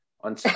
on